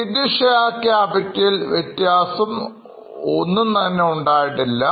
Equity Share Capital ൽ വ്യത്യാസം ഒന്നും തന്നെ ഉണ്ടായിട്ടില്ല